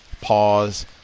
pause